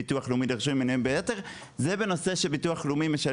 שבביטוח הלאומי דרשו ממנו ביתר קשורה לכך שהביטוח הלאומי משלם